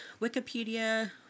wikipedia